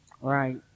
Right